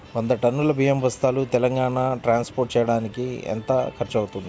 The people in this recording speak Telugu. వంద టన్నులు బియ్యం బస్తాలు తెలంగాణ ట్రాస్పోర్ట్ చేయటానికి కి ఎంత ఖర్చు అవుతుంది?